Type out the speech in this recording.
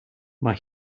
mae